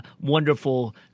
wonderful